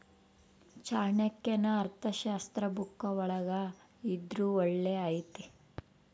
ಚಾಣಕ್ಯನ ಅರ್ಥಶಾಸ್ತ್ರ ಬುಕ್ಕ ಒಳಗ ಇದ್ರೂ ಬಗ್ಗೆ ಐತಿ